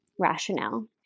rationale